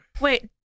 Wait